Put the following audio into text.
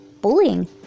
Bullying